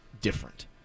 different